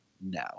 no